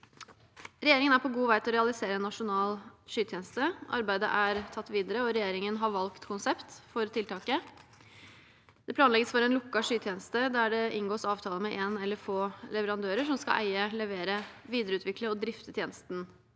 Regjeringen er på god vei til å realisere en nasjonal skytjeneste. Arbeidet er tatt videre, og regjeringen har valgt konsept for tiltaket. Det planlegges for en lukket skytjeneste, der det inngås avtale med en eller få leverandører som skal eie, levere, videreutvikle og drifte tjenesten.